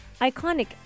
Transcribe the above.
iconic